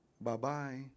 bye-bye